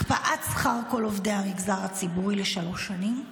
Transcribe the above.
הקפאת שכר כל עובדי המגזר הציבורי לשלוש שנים,